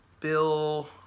Bill